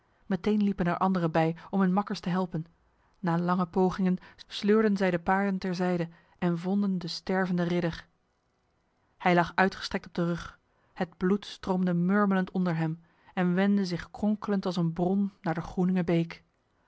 meteen liepen er anderen bij om hun makkers te helpen na lange pogingen sleurden zij de paarden terzijde en vonden de stervende ridder hij lag uitgestrekt op de rug het bloed stroomde murmelend onder hem en wendde zich kronkelend als een bron naar de